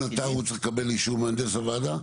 --- ארגון אתר הוא צריך לקבל אישור מהנדס הוועדה?